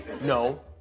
No